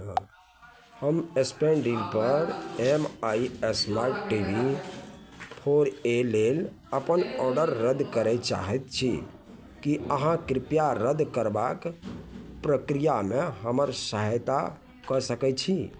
हम स्नैपडीलपर M I smart T V four A लेल अपन ऑडर रद्द करै चाहै छी कि अहाँ कृपया रद्द करबाके प्रक्रियामे हमर सहायता कऽ सकै छी